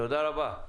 תודה רבה.